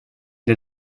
для